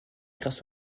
grâce